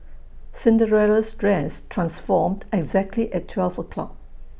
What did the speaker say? Cinderella's dress transformed exactly at twelve o' clock